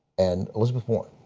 and elizabeth warren.